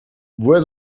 woher